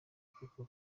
kuko